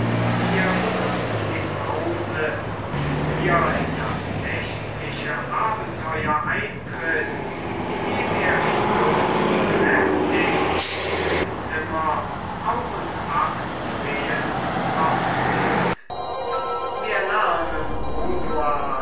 wir benutzen die pause die hier in das nächtliche abenteuer eintritt indem er stumm und heftig in dem zimmer auf und ab zu gehen fortfährt wir lernen odoard